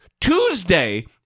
Tuesday